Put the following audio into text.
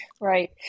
Right